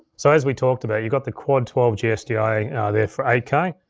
so as we talked a bit, you got the quad twelve g sdi there for eight k,